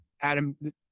Adam –